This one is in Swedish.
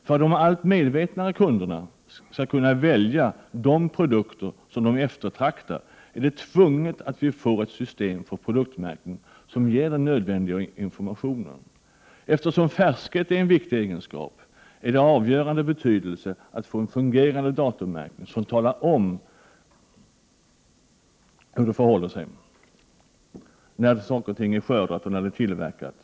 För att de allt medvetnare kunderna skall kunna välja de produkter som de eftertraktar är det tvunget att vi får ett system för produktmärkning som ger nödvändig information. Eftersom färskhet är en viktig egenskap är det av avgörande betydelse att få en fungerande datummärkning, som talar om hur det förhåller sig, alltså när varorna är skördade eller tillverkade.